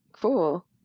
Cool